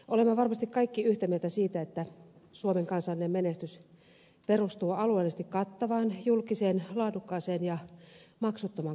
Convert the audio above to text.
olemme varmasti kaikki yhtä mieltä siitä että suomen kansallinen menestys perustuu alueellisesti kattavaan julkiseen laadukkaaseen ja maksuttomaan koulutusjärjestelmään